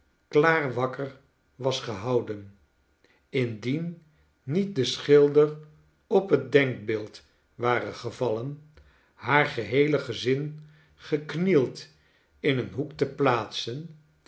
klaar wakker wasgehouden indien niet de schilder op het denkbeeld ware gevallen haar geheele gezin geknield in een hoek te plaatsen